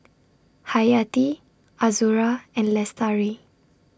Hayati Azura and Lestari